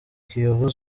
kiyovu